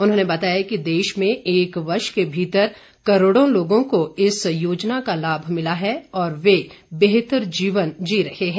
उन्होंने बताया कि देश में एक वर्ष के भीतर करोड़ों लोगों को इस योजना का लाभ मिला है और वे बेहतर जीवन जी रहे हैं